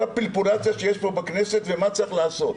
הפלפולציה שיש פה בכנסת ומה צריך לעשות,